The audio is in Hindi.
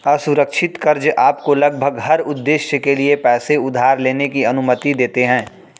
असुरक्षित कर्ज़ आपको लगभग हर उद्देश्य के लिए पैसे उधार लेने की अनुमति देते हैं